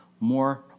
more